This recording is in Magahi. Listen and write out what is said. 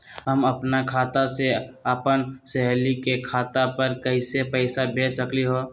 हम अपना खाता से अपन सहेली के खाता पर कइसे पैसा भेज सकली ह?